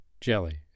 jelly